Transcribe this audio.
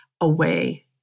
away